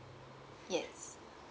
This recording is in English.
yes